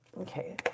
Okay